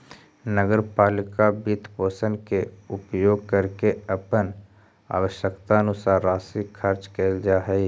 नगर पालिका वित्तपोषण के उपयोग करके अपन आवश्यकतानुसार राशि खर्च कैल जा हई